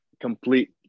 complete